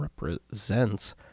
represents